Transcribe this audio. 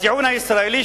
הטיעון הישראלי,